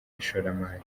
ishoramari